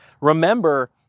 remember